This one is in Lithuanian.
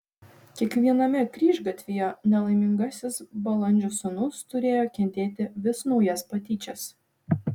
kiekviename kryžgatvyje nelaimingasis balandžio sūnus turėjo kentėti vis naujas patyčias